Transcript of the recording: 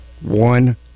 one